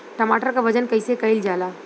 टमाटर क वजन कईसे कईल जाला?